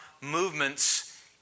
movements